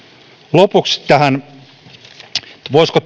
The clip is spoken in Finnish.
lopuksi tähän että voisiko